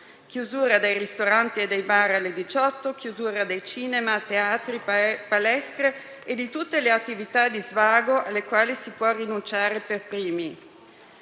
chiusura dei ristoranti e dei bar alle ore 18 e di cinema, teatri, palestre nonché di tutte le attività di svago alle quali si può rinunciare per prime.